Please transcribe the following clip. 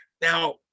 now